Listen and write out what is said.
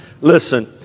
Listen